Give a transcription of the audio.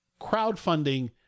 crowdfunding